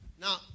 Now